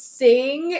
sing